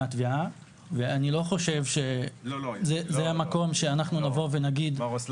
התביעה ואני לא חושב שזה המקום שאנחנו נבוא ונגיד --- לא.